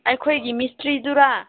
ꯑꯩꯈꯣꯏꯒꯤ ꯃꯤꯁꯇ꯭ꯔꯤꯗꯨꯔꯥ